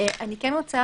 אני רוצה